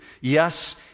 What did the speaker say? Yes